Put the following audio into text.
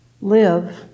live